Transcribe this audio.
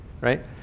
right